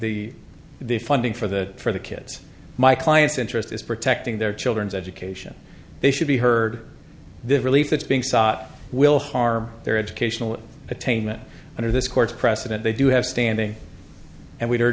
the the funding for the for the kids my client's interest is protecting their children's education they should be heard the relief that's being sought will harm their educational attainment under this court's precedent they do have standing and we